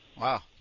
Wow